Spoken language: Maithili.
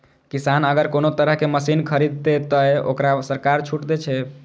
किसान अगर कोनो तरह के मशीन खरीद ते तय वोकरा सरकार छूट दे छे?